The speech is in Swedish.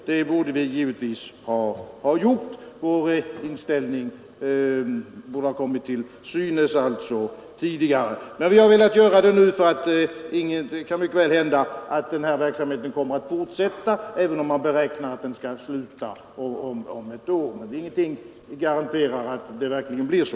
Vi borde givetvis ha tagit upp detta tidigare, så att vår inställning kommit till synes. Men vi har velat göra det nu, för det kan mycket väl hända att den här verksamheten kommer att fortsätta, även om man beräknar att den skall sluta om ett år. Ingenting garanterar dock att det verkligen blir så.